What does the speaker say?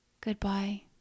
goodbye